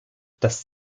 das